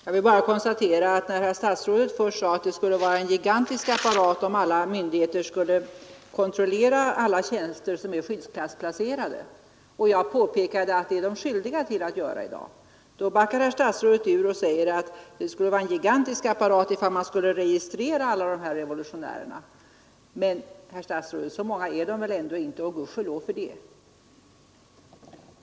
Herr talman! Jag vill bara konstatera att herr statsrådet först sade att det skulle vara en gigantisk apparat, om alla myndigheter skulle kontrollera alla tjänster som är skyddsklassplacerade, men att statsrådet, när jag påpekade att det är de skyldiga att göra i dag, backade ur och säger att det skulle vara en gigantisk apparat, ifall man skulle registrera alla revolutionärer. Men, herr statsråd, så många är de väl ändå inte, och gudskelov för det.